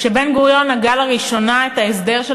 כשבן-גוריון הגה לראשונה את ההסדר של